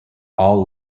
all